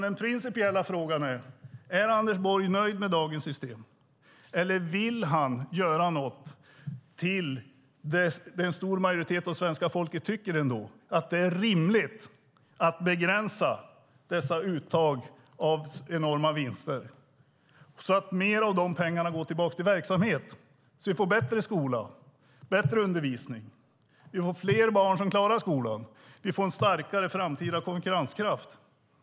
Den principiella frågan är: Är Anders Borg nöjd med dagens system, eller anser han, precis som en stor majoritet av svenska folket, att det är rimligt att begränsa dessa uttag av enorma vinster så att mer av dessa pengar går tillbaka till verksamhet så att vi får en bättre skola, bättre undervisning, fler barn som klarar skolan och en starkare framtida konkurrenskraft?